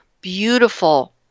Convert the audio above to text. beautiful